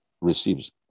receives